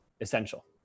essential